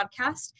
podcast